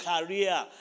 career